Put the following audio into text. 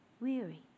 weary